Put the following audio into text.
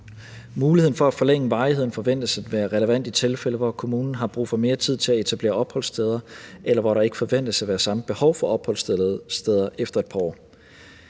Muligheden for at forlænge varigheden forventes at være relevant i tilfælde, hvor kommunen har brug for mere tid til at etablere opholdssteder, eller hvor der ikke forventes at være samme behov for opholdssteder efter et par år.